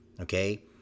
okay